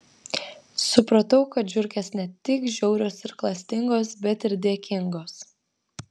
supratau kad žiurkės ne tik žiaurios ir klastingos bet ir dėkingos